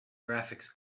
graphics